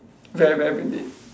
very very brain dead